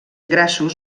grassos